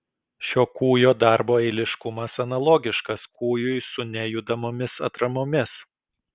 šio kūjo darbo eiliškumas analogiškas kūjui su nejudamomis atramomis